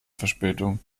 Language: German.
verspätung